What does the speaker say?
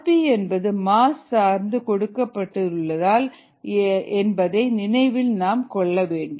rP என்பது mass சார்ந்து கொடுக்கப்பட்டுள்ளது என்பதை நினைவில் கொள்ள வேண்டும்